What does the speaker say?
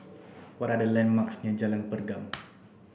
what are the landmarks near Jalan Pergam